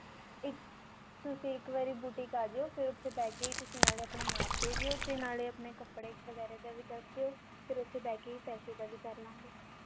ਇੱਕ ਤੁਸੀਂ ਇੱਕ ਵਾਰੀ ਬੂਟੀਕ ਆ ਜਿਓ ਫਿਰ ਉੱਥੇ ਬਹਿ ਕੇ ਹੀ ਤੁਸੀਂ ਨਾਲੇ ਆਪਣਾ ਨਾਪ ਦੇ ਜਿਓ ਅਤੇ ਨਾਲੇ ਆਪਣੇ ਕੱਪੜੇ ਵਗੈਰਾ ਦਾ ਵੀ ਦੱਸ ਦਿਓ ਫਿਰ ਉੱਥੇ ਬਹਿਕੇ ਹੀ ਪੈਸੇ ਦਾ ਵੀ ਕਰਲਵਾਂਗੇ